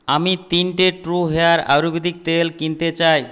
আমি তিনটে true hair ayurvedic তেল কিনতে চাই